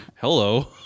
hello